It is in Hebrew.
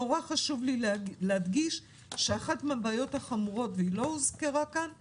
נורא חשוב לי להדגיש שאחת הבעיות החמורות היא שבמוניות,